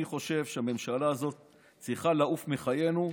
אני חושב שהממשלה צריכה לעוף מחיינו,